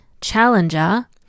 challenger